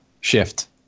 Shift